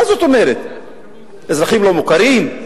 מה זאת אומרת אזרחים לא-מוכרים?